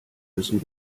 müssen